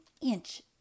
inch